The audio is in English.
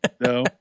no